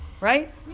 Right